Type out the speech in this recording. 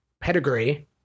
pedigree